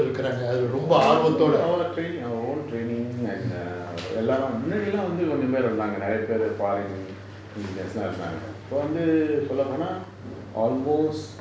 mm our training our own training and err எல்லாரும் முன்னாடிலாம் வந்து கொஞ்ச பேர் இருந்தாங்க நிறைய பேர்:ellarum munnadilaam vanthu konja per irunthanga niraya per foreign enginers லாம் இருந்தாங்க இப்ப வந்து சொல்ல போனா:laam irunthanga ippa vanthu solla pona almost